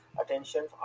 attention